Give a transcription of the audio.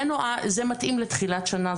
זה מתאים לתחילת שנה.